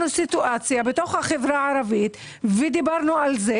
סיטואציה בתוך החברה הערבית שדיברנו עליה,